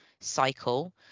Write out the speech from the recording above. cycle